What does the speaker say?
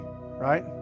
Right